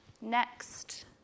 next